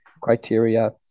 criteria